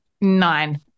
Nine